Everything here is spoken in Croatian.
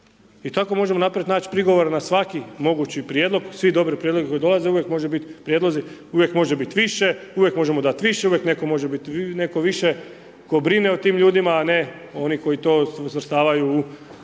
i tako možemo unaprijed naći prigovor na svaki mogući prijedlog, svi dobri prijedlozi koji dolaze, uvijek može biti prijedlozi, uvijek može biti više, uvijek možemo dati više, uvijek netko može više, netko tko brine o tim ljudima, a ne oni koji to svrstavaju u